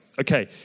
Okay